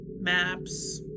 Maps